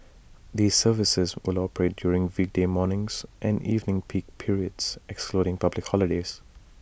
these services will operate during weekday mornings and evening peak periods excluding public holidays